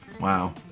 Wow